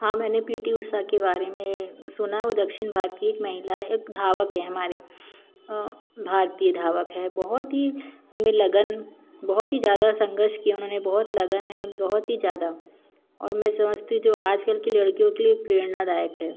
हाँ मैंने P T Usha के बारे में सुना है वो दक्षिण भारत की एक महिला एक धावक हैं हमारे भारतीय धावक है बहुत ही उनमें लगन बहुत ही ज़्यादा संघर्ष किया उन्होंने बहुत लगन है बहुत ही ज़्यादा और मैं समझती हूँ जो आज कल की लड़कियों के लिए प्रेरणादायक है